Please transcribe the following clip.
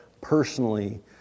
personally